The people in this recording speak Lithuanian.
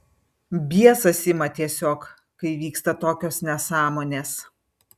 biesas ima tiesiog kai vyksta tokios nesąmonės